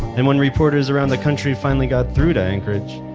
and when reporters around the country finally got through to anchorage,